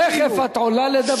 תיכף את עולה לדבר.